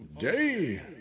Day